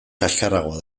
kaxkarragoa